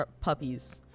puppies